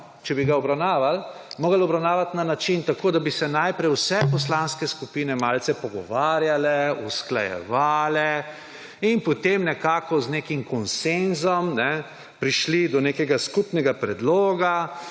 če bi ga obravnavali, morali obravnavati na način, da bi se najprej vse poslanske skupine malce pogovarjale, usklajevale in potem nekako z nekim konsenzom bi prišli do nekega skupnega predloga